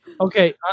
Okay